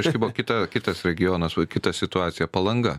reiškia buvo kita kitas regionas va kita situacija palanga